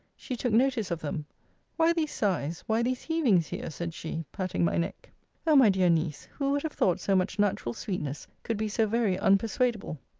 she took notice of them why these sighs, why these heavings here? said she, patting my neck o my dear niece, who would have thought so much natural sweetness could be so very unpersuadable?